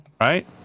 Right